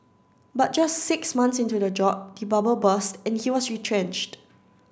but just six months into the job the bubble burst and he was retrenched